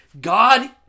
God